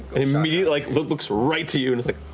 and immediate like, looks right to you and is like.